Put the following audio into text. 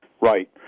Right